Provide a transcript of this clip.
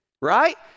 right